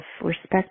respect